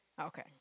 Okay